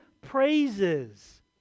praises